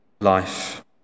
life